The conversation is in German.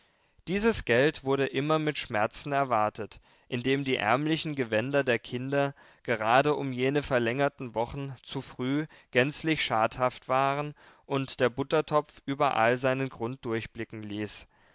dieses geld wurde immer mit schmerzen erwartet indem die ärmlichen gewänder der kinder gerade um jene verlängerten wochen zu früh gänzlich schadhaft waren und der buttertopf überall seinen grund durchblicken ließ